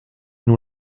nous